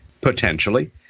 potentially